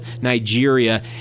Nigeria